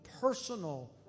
personal